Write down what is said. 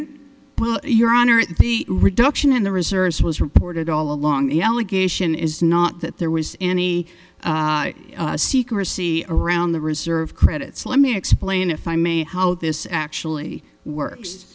d your honor at the reduction in the reserves was reported all along the allegation is not that there was any secrecy around the reserve credits let me explain if i may how this actually wor